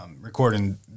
recording